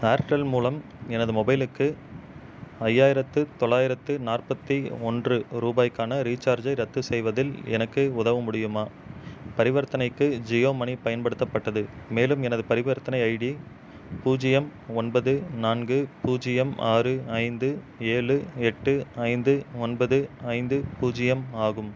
Airtel மூலம் எனது மொபைலுக்கு ஐயாயிரத்து தொள்ளாயிரத்து நாற்பத்தி ஒன்று ரூபாய்க்கான ரீசார்ஜை ரத்து செய்வதில் எனக்கு உதவ முடியுமா பரிவர்த்தனைக்கு ஜியோ மனி பயன்படுத்தப்பட்டது மேலும் எனது பரிவர்த்தனை ஐடி பூஜ்ஜியம் ஒன்பது நான்கு பூஜ்ஜியம் ஆறு ஐந்து ஏழு எட்டு ஐந்து ஒன்பது ஐந்து பூஜ்ஜியம் ஆகும்